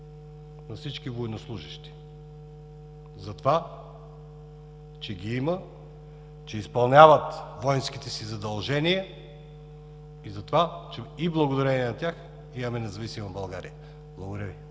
на всички военнослужещи, затова че ги има, че изпълняват войнските си задължения и благодарение на тях имаме независима България. Благодаря Ви.